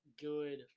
good